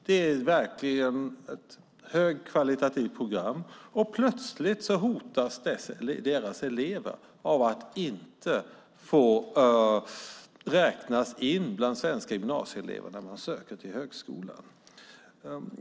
Det är verkligen ett högkvalitativt program. Och plötsligt hotas eleverna där av att inte få räknas in bland svenska gymnasieelever när man söker till högskolan.